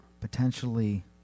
Potentially